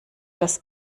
das